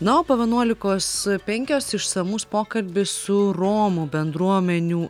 na o po vienuolikos penkios išsamus pokalbis su romų bendruomenių